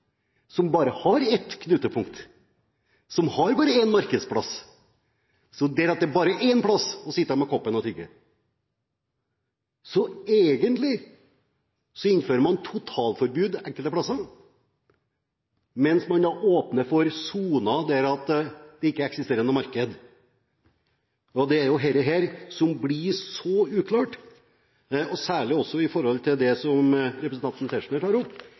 som bare har ett knutepunkt, som har bare én markedsplass, slik at det bare er én plass å sitte med koppen og tigge. Så egentlig innfører man totalforbud enkelte plasser, mens man åpner for soner der det ikke eksisterer noe marked. Det er dette som blir så uklart, særlig når det gjelder det som representanten Tetzschner tar opp